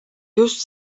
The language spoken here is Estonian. just